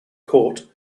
court